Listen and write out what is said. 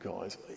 guys